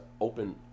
open